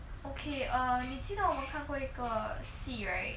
okay err 你知道我们看过一个戏 right